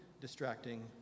distracting